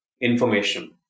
information